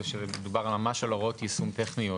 זה שמדובר ממש על הוראות יישום טכניות,